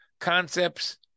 concepts